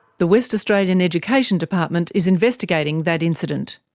the west australian education department is investigating that incident.